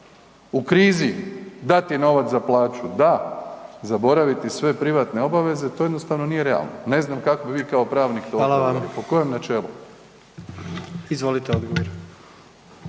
U krizi dati novac za plaću da, zaboraviti sve privatne obaveze to jednostavno nije realno. Ne znam kako vi kao pravnik …/Govornik se ne razumije/…